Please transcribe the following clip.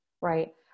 right